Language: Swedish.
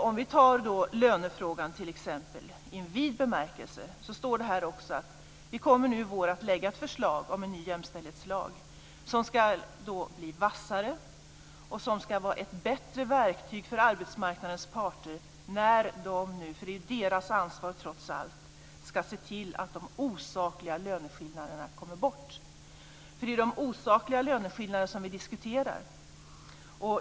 För att nu t.ex. ta lönefrågan i vid bemärkelse står det här att vi i vår kommer att lägga fram ett förslag om en ny jämställdhetslag som ska bli vassare och vara ett bättre verktyg för arbetsmarknadens parter när de nu - för det är ju trots allt deras ansvar - ska se till att de osakliga löneskillnaderna kommer bort. Det är ju de osakliga löneskillnaderna som vi diskuterar.